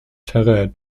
terrain